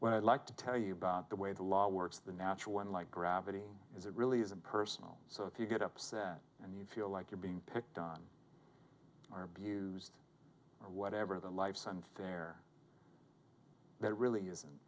when i'd like to tell you about the way the law works the natural unlike gravity is it really isn't personal so if you get upset and you feel like you're being picked on or abused or whatever the lifes and their that really isn't and